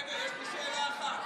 רגע, יש לי שאלה אחת.